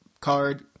card